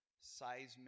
seismic